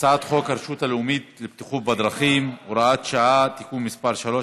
הצעת חוק הרשות הלאומית לבטיחות בדרכים (הוראת שעה) (תיקון מס' 3),